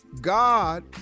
God